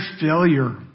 failure